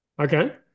okay